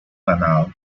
ganado